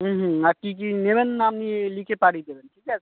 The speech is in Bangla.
হুম হুম আর কি কি নেবেন আপনি লিখে পাঠিয়ে দেবেন ঠিক আছে